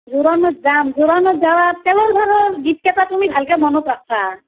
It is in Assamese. জোৰণত যাম জোৰণত যাবা তেলৰ ভাৰৰ গীতকেইটা তুমি ভালকৈ মনত ৰাখিবা